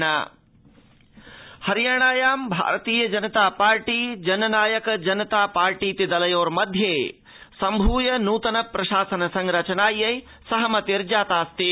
हरियाणा प्रशासनसंरचना हरियाणायां भारतीयजनतापार्टी जननायकजनतापार्टीति दलयोर्मध्ये सम्भूय नूतन प्रशासन संरचनायै सहमतिर्जातास्ति